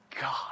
God